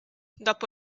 dopo